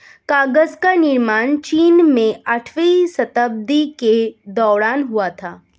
कागज का निर्माण चीन में आठवीं शताब्दी के दौरान हुआ था